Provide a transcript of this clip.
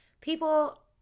People